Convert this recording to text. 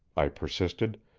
i persisted,